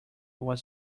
was